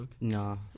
No